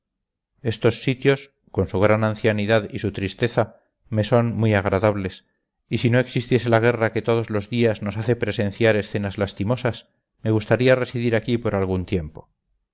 estos sitios con su gran ancianidad y su tristeza me son muy agradables y si no existiese la guerra que todos los días nos hace presenciar escenas lastimosas me gustaría residir aquí por algún tiempo